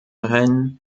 reine